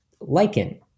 lichen